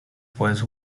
was